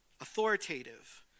authoritative